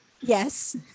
Yes